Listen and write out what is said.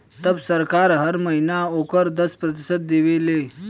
तब सरकार हर महीना ओकर दस प्रतिशत देवे ले